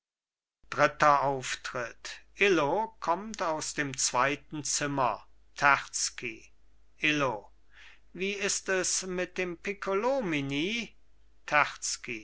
dritter auftritt illo kommt aus dem zweiten zimmer terzky illo wie ist es mit dem